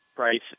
Price